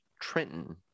Trenton